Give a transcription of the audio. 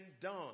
done